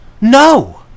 No